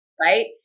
right